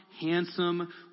handsome